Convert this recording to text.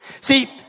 See